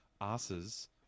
asses